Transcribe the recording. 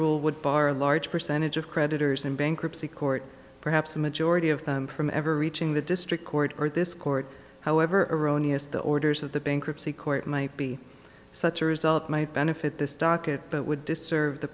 rule would bar a large percentage of creditors in bankruptcy court perhaps a majority of them from ever reaching the district court or this court however erroneous the orders of the bankruptcy court might be such a result might benefit this docket but would disserve the